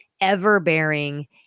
ever-bearing